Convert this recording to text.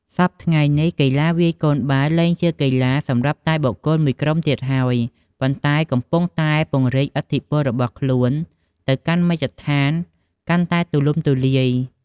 សព្វថ្ងៃនេះ កីឡាវាយកូនបាល់លែងជាកីឡាសម្រាប់តែបុគ្គលមួយក្រុមទៀតហើយ ប៉ុន្តែកំពុងតែពង្រីកឥទ្ធិពលរបស់ខ្លួនទៅកាន់មជ្ឈដ្ឋានកាន់តែទូលំទូលាយ។